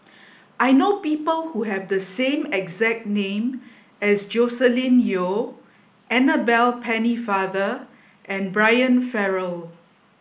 I know people who have the exact name as Joscelin Yeo Annabel Pennefather and Brian Farrell